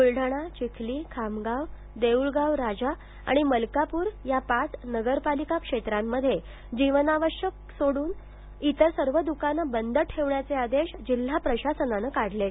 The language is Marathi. ब्लडाणा चिखली खामगाव देऊळगावराजा आणि मलकाप्र या पाच नगरपालिका क्षेत्रांमध्ये जीवनावश्यक सोडून इतर सर्व द्कान बंद ठेवण्याचे आदेश जिल्हा प्रशासनान काढले आहेत